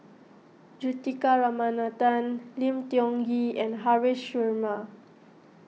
Juthika Ramanathan Lim Tiong Ghee and Haresh Sharma